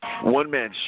one-man